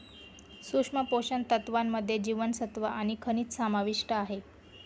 सूक्ष्म पोषण तत्त्वांमध्ये जीवनसत्व आणि खनिजं समाविष्ट आहे